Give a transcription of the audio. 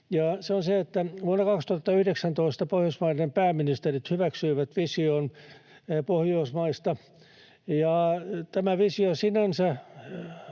vuonna 2019 Pohjoismaiden pääministerit hyväksyivät vision Pohjoismaista, ja tämä visio sinänsä